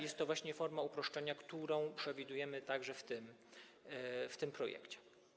Jest to właśnie forma uproszczenia, którą przewidujemy także w tym projekcie.